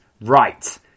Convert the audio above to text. Right